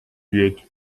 wird